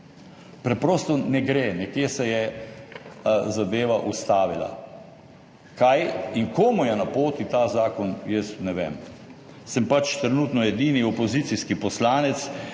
Preprosto ne gre, nekje se je zadeva ustavila. Kaj in komu je na poti ta zakon, jaz ne vem. Sem pač trenutno edini opozicijski poslanec,